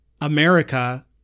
America